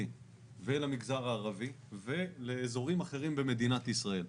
ולמגזר הערבי ולאזורים אחרים במדינת ישראל.